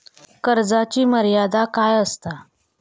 कर्जाची मर्यादा काय असता?